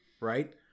right